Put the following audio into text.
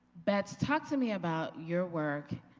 bets talk to me about your work